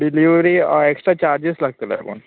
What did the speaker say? delivery होय extra charges लागतले आपूण